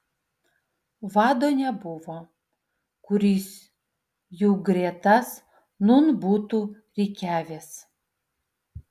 vado nebuvo kuris jų gretas nūn būtų rikiavęs